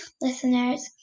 listeners